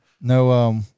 No